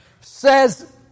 says